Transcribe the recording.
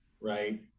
right